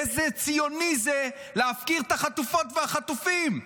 איזה ציוני זה להפקיר את החטופות והחטופים,